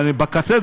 בקצה,